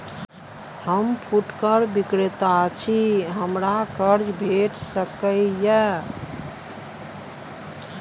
हम फुटकर विक्रेता छी, हमरा कर्ज भेट सकै ये?